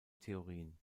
theorien